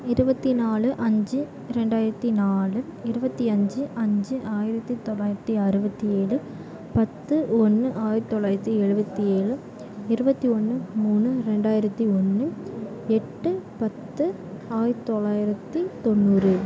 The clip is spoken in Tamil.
இருபத்தி நாலு அஞ்சு ரெண்டாயிரத்தி நாலு இருபத்தி அஞ்சு அஞ்சு ஆயிரத்தி தொள்ளாயிரத்தி அறுபத்தி ஏழு பத்து ஒன்று ஆயிரத்தி தொள்ளாயிரத்தி எழுபத்தி ஏழு இருபத்தி ஒன்று மூணு ரெண்டாயிரத்தி ஒன்று எட்டு பத்து ஆயிரத்தி தொள்ளாயிரத்தி தொண்ணூறு